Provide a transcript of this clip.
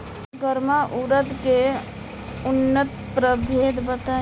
गर्मा उरद के उन्नत प्रभेद बताई?